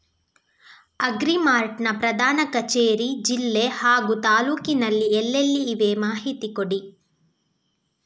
Agri Mart ನ ಪ್ರಧಾನ ಕಚೇರಿ ಜಿಲ್ಲೆ ಹಾಗೂ ತಾಲೂಕಿನಲ್ಲಿ ಎಲ್ಲೆಲ್ಲಿ ಇವೆ ಮಾಹಿತಿ ಕೊಡಿ?